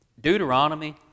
Deuteronomy